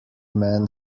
man